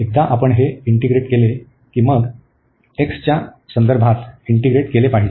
एकदा आपण हे इंटीग्रेट केले की मग x च्या संदर्भात इंटीग्रेट केले पाहिजे